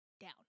down